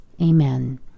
amen